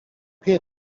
peer